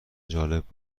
جالب